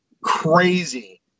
crazy